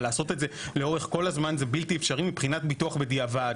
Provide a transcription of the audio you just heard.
אבל לעשות את זה לאורך כל הזמן זה בלתי אפשרי מבחינת ביטוח בדיעבד.